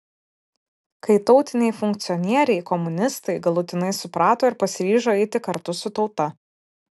kai tautiniai funkcionieriai komunistai galutinai suprato ir pasiryžo eiti kartu su tauta